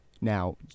Now